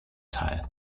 teil